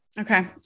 Okay